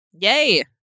Yay